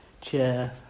chair